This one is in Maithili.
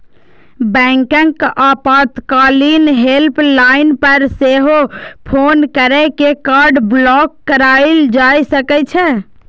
बैंकक आपातकालीन हेल्पलाइन पर सेहो फोन कैर के कार्ड ब्लॉक कराएल जा सकै छै